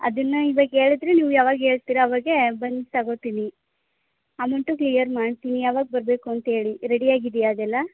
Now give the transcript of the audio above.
ಅದನ್ನು ಇವಾಗ ಹೇಳಿದ್ರೆ ನೀವು ಯಾವಾಗ ಹೇಳ್ತೀರಿ ಆವಾಗೇ ಬಂದು ತೊಗೋತೀನಿ ಅಮೌಂಟು ಕ್ಲಿಯರ್ ಮಾಡ್ತೀನಿ ಯಾವಾಗ ಬರಬೇಕು ಅಂತ ಹೇಳಿ ರೆಡಿಯಾಗಿ ಇದೆಯಾ ಅದೆಲ್ಲ